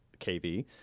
KV